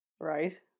Right